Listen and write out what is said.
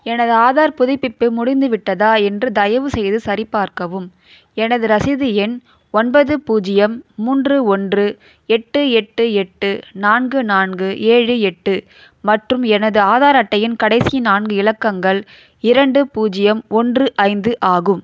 எனது ஆதார் புதுப்பிப்பு முடிந்துவிட்டதா என்று தயவுசெய்து சரிபார்க்கவும் எனது ரசீது எண் ஒன்பது பூஜ்ஜியம் மூன்று ஒன்று எட்டு எட்டு எட்டு நான்கு நான்கு ஏழு எட்டு மற்றும் எனது ஆதார் அட்டையின் கடைசி நான்கு இலக்கங்கள் இரண்டு பூஜ்ஜியம் ஒன்று ஐந்து ஆகும்